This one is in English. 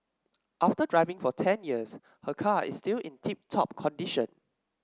after driving for ten years her car is still in tip top condition